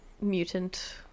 mutant